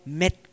met